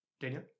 Daniel